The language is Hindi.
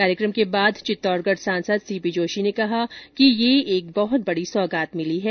कार्यकम के बाद चित्तौड़गढ़ सांसद सीपी जोशी ने कहा कि यह एक बहुत बड़ी सोगात मिली है